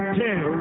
two